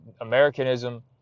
Americanism